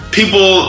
people